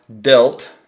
dealt